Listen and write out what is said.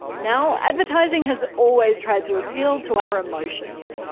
now advertising has always tried to appeal to our emotions.